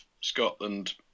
Scotland